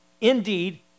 indeed